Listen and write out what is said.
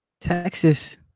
Texas